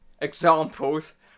Examples